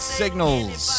signals